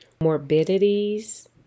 morbidities